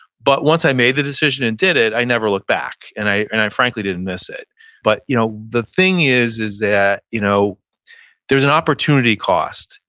but once i made the decision and did it, i never looked back. and and i frankly didn't miss it but you know the thing is is that you know there's an opportunity cost,